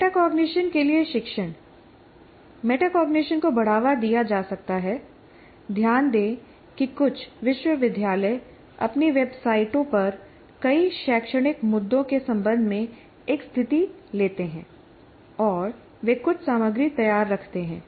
metacognition के लिए शिक्षण मेटाकॉग्निशन को बढ़ावा दिया जा सकता है ध्यान दें कि कुछ विश्वविद्यालय अपनी वेबसाइटों पर कई शैक्षणिक मुद्दों के संबंध में एक स्थिति लेते हैं और वे कुछ सामग्री तैयार रखते हैं